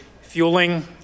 fueling